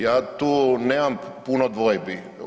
Ja tu nemam puno dvojbi.